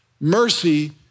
Mercy